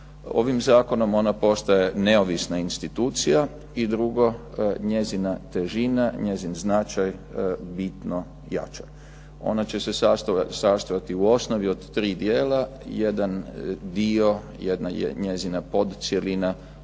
Ovim zakonom ona postaje neovisna institucija i drugo njezina težina, njezin značaj bitno jača. Ona će se sastojati u osnovi od 3 dijela. Jedan dio, jedna je njezina podcjelina,